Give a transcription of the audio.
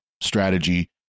strategy